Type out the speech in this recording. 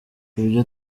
ibyo